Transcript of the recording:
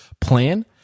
plan